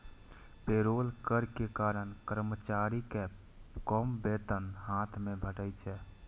payroll कर के कारण कर्मचारी कें कम वेतन हाथ मे भेटै छै